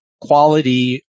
quality